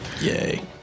Yay